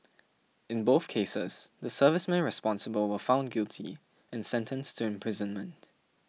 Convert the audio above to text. in both cases the servicemen responsible were found guilty and sentenced to imprisonment